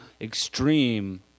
extreme